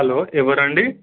hello ఎవరండీ